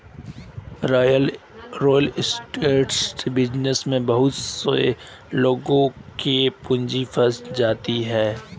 real estate business में बहुत से लोगों की पूंजी फंस जाती है